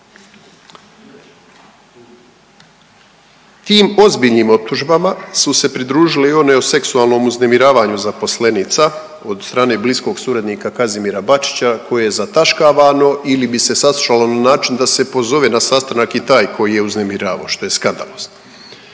Tim ozbiljnim optužbama su se pridružili i oni o seksualnom uznemiravanju zaposlenica od strane bliskog suradnika Kazimira Bačića koje je zataškavano ili bi se saslušalo na način da se pozove na sastanak i taj koji je uznemiravao, što je skandalozno.